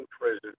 prison